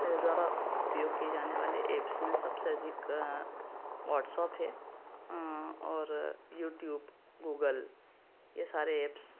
मेरे द्वारा उपयोग किए जानेवाले ऐप्स में सबसे अधिक व्हाट्सअप है और यूट्यूब गूगल ये सारे ऐप्स